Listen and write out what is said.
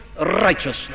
righteousness